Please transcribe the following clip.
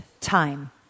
time